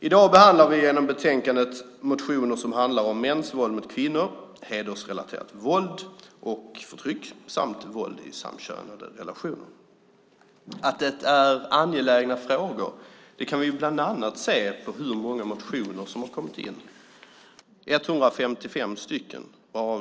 I dag behandlar vi i betänkandet motioner som handlar om mäns våld mot kvinnor, hedersrelaterat våld och förtryck samt våld i samkönade relationer. Att det är angelägna frågor kan vi bland annat se på hur många motioner som har kommit in, 155 stycken.